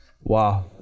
Wow